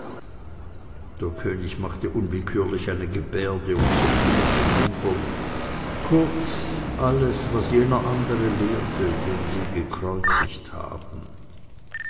der könig machte unwillkürlich eine gebärde und zuckte mit den wimpern kurz alles was jener andere lehrte den sie gekreuzigt haben